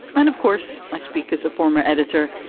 and of course, i speak as a former editor.